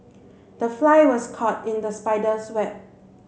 the fly was caught in the spider's web